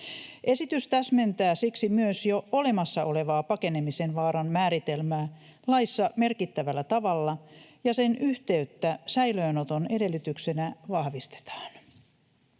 Esitys täsmentää siksi myös jo olemassa olevaa pakenemisen vaaran määritelmää laissa merkittävällä tavalla, ja sen yhteyttä säilöönoton edellytyksenä vahvistetaan.